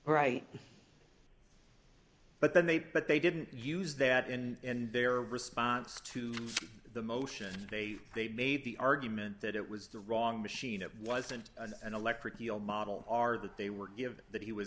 right but then they but they didn't use that and their response to the motion they they made the argument that it was the wrong machine it wasn't an electric eel model are that they were given that he was